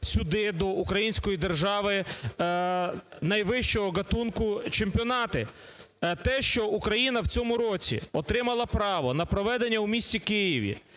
сюди, до української держави, найвищого ґатунку чемпіонати. Те, що Україна в цьому році отримала право на проведення у місті Києві